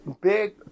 big